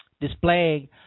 displaying